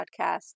podcast